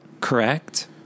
Correct